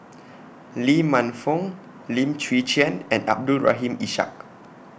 Lee Man Fong Lim Chwee Chian and Abdul Rahim Ishak